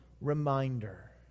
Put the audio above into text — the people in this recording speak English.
reminder